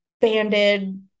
banded